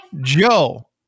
Joe